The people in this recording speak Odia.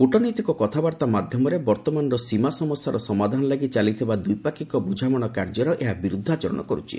କୁଟନୈତିକ କଥାବାର୍ତ୍ତା ମାଧ୍ୟମରେ ବର୍ତ୍ତମାନର ସୀମା ସମସ୍ୟାର ସମାଧାନ ଲାଗି ଚାଲିଥିବା ଦ୍ୱିପାକ୍ଷିକ ବୁଝାମଣା କାର୍ଯ୍ୟର ଏହା ବିରୁଦ୍ଧାଚରଣ କରୁଛି